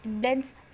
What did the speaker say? Dense